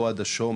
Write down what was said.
אוהד אשור,